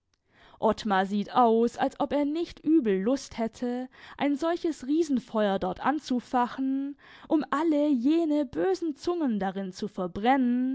ottmar sieht aus als ob er nicht übel lust hätte ein solches riesenfeuer dort anzufachen um alle jene bösen zungen darin zu verbrennen